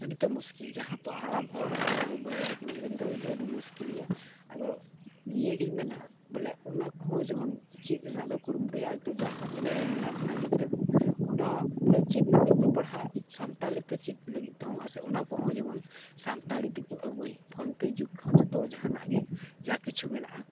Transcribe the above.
ᱟᱹᱰᱤ ᱛᱮᱫ ᱢᱩᱥᱠᱤᱞ ᱡᱟᱦᱟᱸ ᱠᱚ ᱦᱟᱲᱟᱢ ᱦᱚᱲ ᱠᱚ ᱞᱟᱹᱜᱤᱫ ᱵᱩᱲᱦᱤ ᱦᱚᱲ ᱠᱚ ᱞᱟᱹᱜᱤᱫ ᱱᱤᱛᱚᱜ ᱫᱚ ᱟᱹᱰᱤ ᱢᱩᱥᱠᱤᱞ ᱜᱮᱭᱟ ᱟᱫᱚ ᱱᱤᱭᱟᱹᱜᱤᱧ ᱢᱮᱱᱟ ᱵᱚᱞᱮ ᱚᱱᱟ ᱠᱚᱦᱚᱸ ᱡᱮᱢᱚᱱ ᱪᱮᱫ ᱨᱮᱱᱟᱜ ᱞᱮ ᱠᱩᱨᱩᱢᱩᱴᱩᱭᱟ ᱟᱨ ᱱᱤᱛᱚᱜ ᱡᱟᱦᱟᱸ ᱛᱤᱱᱟᱹᱜ ᱵᱚᱱ ᱢᱮᱱᱟᱜ ᱵᱚᱱᱟ ᱜᱤᱫᱽᱨᱟᱹ ᱚᱱᱟ ᱵᱚᱞᱮ ᱪᱮᱫ ᱱᱤᱛᱚᱜ ᱫᱚ ᱯᱟᱲᱦᱟᱜ ᱥᱟᱱᱛᱟᱲᱤ ᱛᱮ ᱪᱮᱫ ᱞᱟᱹᱜᱤᱫ ᱛᱮᱦᱚᱸ ᱥᱮ ᱚᱱᱟ ᱠᱚᱦᱚᱸ ᱡᱮᱢᱚᱱ ᱥᱟᱱᱛᱟᱞᱤ ᱛᱮᱠᱚ ᱟᱹᱜᱩᱭ ᱯᱷᱳᱱ ᱯᱮ ᱡᱩᱜᱽ ᱦᱚᱸ ᱱᱤᱛᱚᱜ ᱡᱟᱦᱟᱱᱟᱜ ᱜᱮ ᱡᱟ ᱠᱤᱪᱷᱩ ᱢᱮᱱᱟᱜᱼᱟ